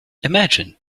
imagine